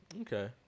Okay